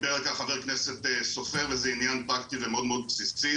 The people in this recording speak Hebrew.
דיבר על כך ח"כ סופר וזה עניין פרקטי ומאוד מאוד בסיסי,